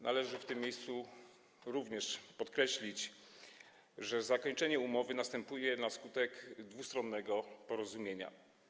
Należy w tym miejscu również podkreślić, że zakończenie umowy następuje na skutek dwustronnego porozumienia.